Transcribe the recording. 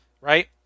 right